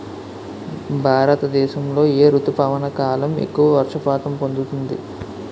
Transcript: భారతదేశంలో ఏ రుతుపవన కాలం ఎక్కువ వర్షపాతం పొందుతుంది?